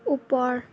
ওপৰ